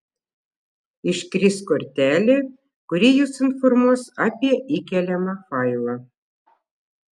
iškris kortelė kuri jus informuos apie įkeliamą failą